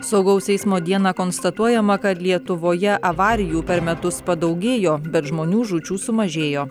saugaus eismo dieną konstatuojama kad lietuvoje avarijų per metus padaugėjo bet žmonių žūčių sumažėjo